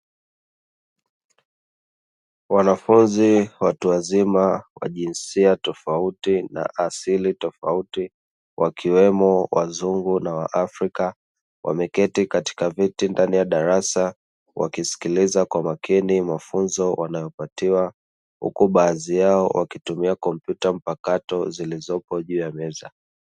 Wanafunzi watu wazima wa jinsia tofauti na asili tofauti; wakiwemo wazungu na waafrika, wameketi katika viti ndani ya darasa, wakisikiliza kwa makini mafunzo wanayopatiwa huku baadhi yao wakitumia kompyuta mpakato zilizopo juu ya meza.